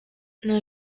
nta